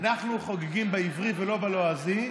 אנחנו חוגגים בעברי ולא בלועזי.